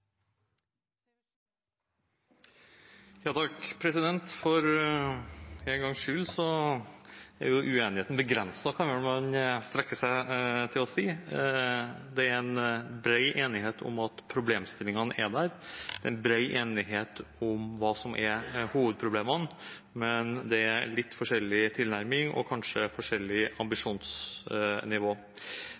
uenigheten begrenset – kan man vel strekke seg til å si. Det er en bred enighet om at problemstillingene er der, en bred enighet om hva som er hovedproblemene, men det er litt forskjellig tilnærming og kanskje forskjellig ambisjonsnivå.